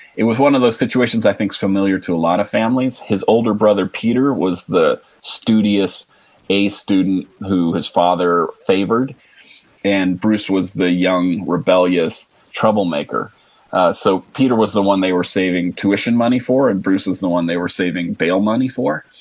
it was one of those situations i think is familiar to a lot of families. his older brother, peter, was the studious a student who his father favored and bruce was the young rebellious troublemaker so, peter was the one they were saving tuition money for and bruce was the one they were saving bail money for.